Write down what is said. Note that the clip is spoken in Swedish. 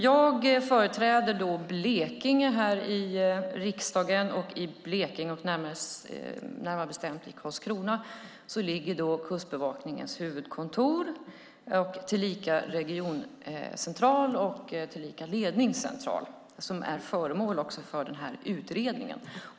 Jag företräder Blekinge här i riksdagen, och i Blekinge, närmare bestämt i Karlskrona, ligger Kustbevakningens huvudkontor, tillika regioncentral och ledningscentral, som också är föremål för den här utredningen.